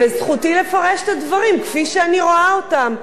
וזכותי לפרש את הדברים כפי שאני רואה אותם.